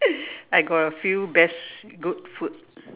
I got a few best good food